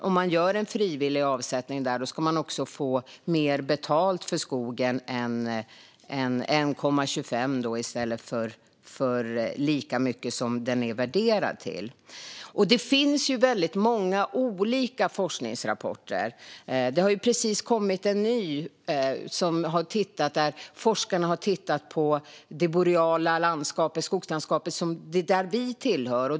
Om man gör en frivillig avsättning där ska man också få mer betalt för skogen - 1,25 i stället för lika mycket som den är värderad till. Det finns många olika forskningsrapporter. Det har just kommit en ny där forskarna har tittat på det boreala skogslandskap som vi tillhör.